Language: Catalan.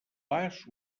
vas